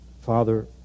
father